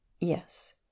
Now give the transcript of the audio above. Yes